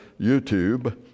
YouTube